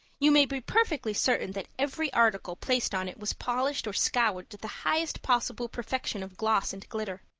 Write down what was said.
you may be perfectly certain that every article placed on it was polished or scoured to the highest possible perfection of gloss and glitter.